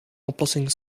oplossing